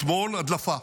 אתמול הדלפה.